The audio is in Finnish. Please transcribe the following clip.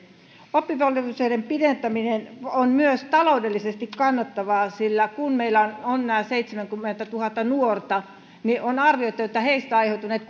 oppivelvollisuuden pidentäminen on myös taloudellisesti kannattavaa sillä kun meillä on nämä seitsemänkymmentätuhatta nuorta niin on arvioitu että heistä aiheutuneet